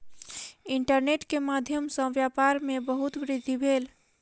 internet के माध्यम सॅ व्यापार में बहुत वृद्धि भेल